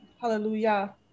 Hallelujah